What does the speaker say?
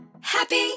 Happy